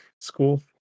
school